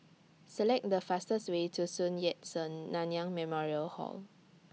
Select The fastest Way to Sun Yat Sen Nanyang Memorial Hall